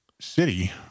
city